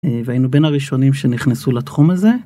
והיינו בין הראשונים שנכנסו לתחום הזה.